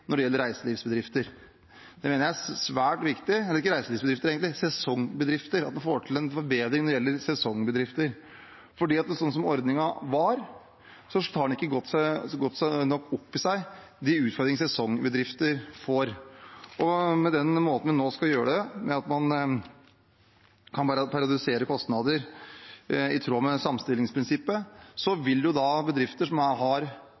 når det gjelder reiselivsbedrifter – eller ikke bare reiselivsbedrifter, men sesongbedrifter. Jeg mener det er svært viktig at vi får til en forbedring når det gjelder sesongbedrifter. Slik ordningen var, hadde den ikke tatt nok opp i seg de utfordringene sesongbedrifter får. Med den måten vi nå skal gjøre det på, ved at man kan periodisere kostnader i tråd med sammenstillingsprinsippet, vil bedrifter som har